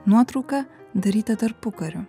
nuotrauka daryta tarpukariu